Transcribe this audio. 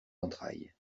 entrailles